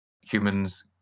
humans